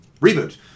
reboot